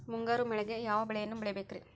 ಮುಂಗಾರು ಮಳೆಗೆ ಯಾವ ಬೆಳೆಯನ್ನು ಬೆಳಿಬೇಕ್ರಿ?